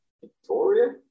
Victoria